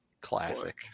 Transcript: Classic